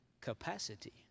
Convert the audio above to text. capacity